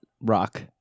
rock